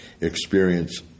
experience